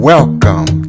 Welcome